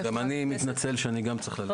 אני מתנצל שאני צריך ללכת.